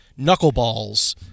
knuckleballs